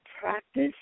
practice